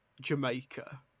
Jamaica